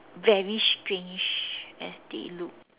very strange as they look